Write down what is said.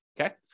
Okay